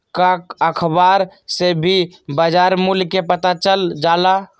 का अखबार से भी बजार मूल्य के पता चल जाला?